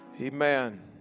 amen